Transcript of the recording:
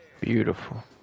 Beautiful